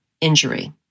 injury